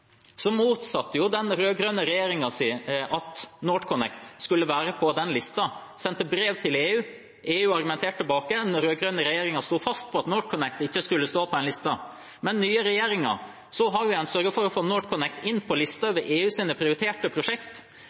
motsatte den den rød-grønne regjeringen seg at NorthConnect skulle være på den lista. De sendte brev til EU, EU argumenterte tilbake, og den rød-grønne regjeringen sto fast på at NorthConnect ikke skulle stå på den lista. Den nye regjeringen har sørget for å få NorthConnect inn på lista over EUs prioriterte prosjekt